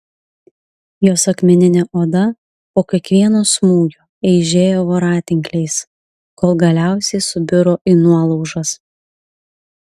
jos akmeninė oda po kiekvieno smūgio eižėjo voratinkliais kol galiausiai subiro į nuolaužas